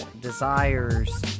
desires